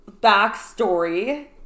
Backstory